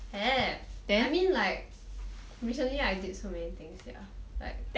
have I mean like recently I did so many things sia like